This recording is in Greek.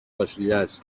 βασιλιάς